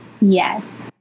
Yes